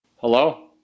Hello